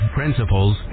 principles